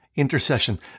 intercession